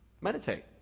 meditate